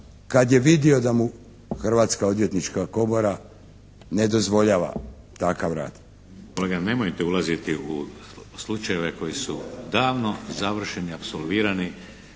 kad je vidio da mu Hrvatska odvjetnička komora ne dozvoljava takav rad.